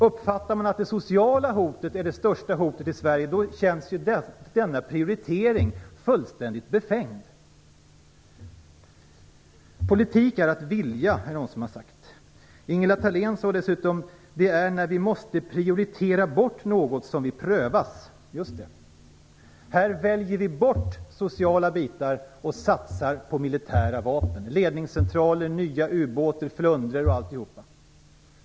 Uppfattar man att det sociala hotet är det största hotet i Sverige, så känns denna prioritering fullständigt befängd. Politik är att vilja är det någon som har sagt. Ingela Thalén sade dessutom: Det är när vi måste prioritera bort något som vi prövas. Just det. Här väljer vi bort sociala bitar och satsar på militära vapen, ledningscentraler, nya u-båtar, flundror och annat.